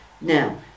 now